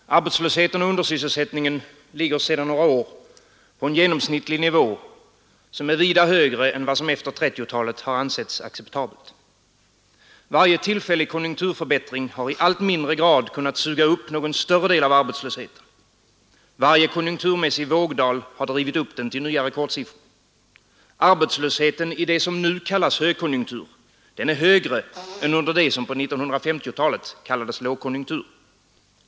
Fru talman! Arbetslösheten och undersysselsättningen ligger sedan några år på en genomsnittlig nivå, som är vida högre än vad som efter 1930-talet ansetts acceptabelt. Varje tillfällig konjunkturförbättring har i allt mindre grad kunnat suga upp någon större del av arbetslösheten. Varje konjunkturmässig vågdal har drivit upp den till nya rekordsiffror. Arbetslösheten i det som nu kallas högkonjuntur är högre än under det som på 1950-talet kallades lågkonjunktur.